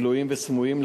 גלויים וסמויים,